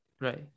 right